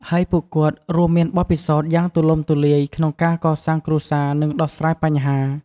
ហើយពួកគាត់រួមមានបទពិសោធន៍យ៉ាងទូលំទូលាយក្នុងការកសាងគ្រួសារ និងដោះស្រាយបញ្ហា។